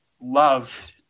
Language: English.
love